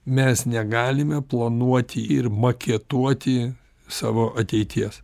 mes negalime planuoti ir maketuoti savo ateities